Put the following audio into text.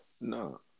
No